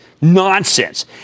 nonsense